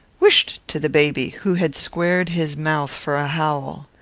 whisht! to the baby, who had squared his mouth for a howl.